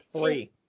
three